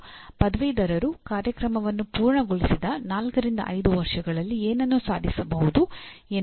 ಅದು ಪದವೀಧರರು ಕಾರ್ಯಕ್ರಮವನ್ನು ಪೂರ್ಣಗೊಳಿಸಿದ ನಾಲ್ಕರಿಂದ ಐದು ವರ್ಷಗಳಲ್ಲಿ ಏನನ್ನು ಸಾಧಿಸಬಹುದು ಎನ್ನುವ ನಿರೀಕ್ಷೆ